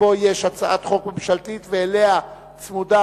יש הצעת חוק ממשלתית ואליה צמודה,